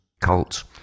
cult